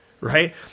right